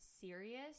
serious